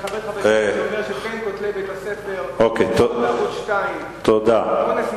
בערוץ-2, שאומר שבין כותלי בית-הספר, אונס מזעזע.